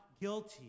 guilty